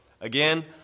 again